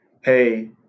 hey